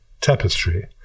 tapestry